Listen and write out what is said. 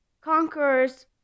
Conquerors